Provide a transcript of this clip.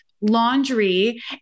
laundry